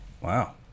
Wow